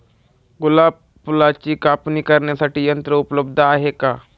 गुलाब फुलाची कापणी करण्यासाठी यंत्र उपलब्ध आहे का?